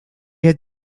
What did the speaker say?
had